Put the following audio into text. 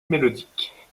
mélodique